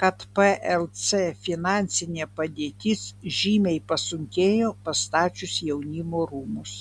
kad plc finansinė padėtis žymiai pasunkėjo pastačius jaunimo rūmus